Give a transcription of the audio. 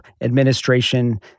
administration